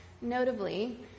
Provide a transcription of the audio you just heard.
notably